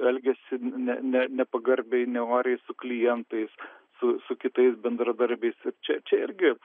elgiasi ne ne nepagarbiai nenoriai su klientais su su kitais bendradarbiais ir čia čia irgi